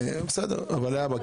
בסדר, אבל להבא.